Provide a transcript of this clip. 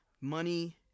money